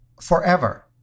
forever